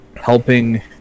helping